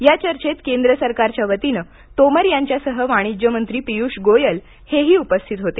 या चर्चेत केंद्र सरकारच्या वतीनं तोमर यांच्यासह वाणिज्य मंत्री पियुष गोयल हेही उपस्थित होते